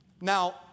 Now